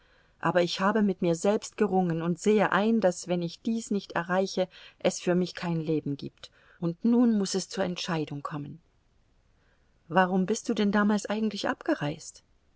aber ich habe mit mir selbst gerungen und sehe ein daß wenn ich dies nicht erreiche es für mich kein leben gibt und nun muß es zur entscheidung kommen warum bist du denn damals eigentlich abgereist